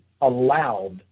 allowed